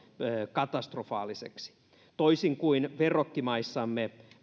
katastrofaaliseksi toisin kuin verrokkimaissamme